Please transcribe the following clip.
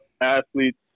athletes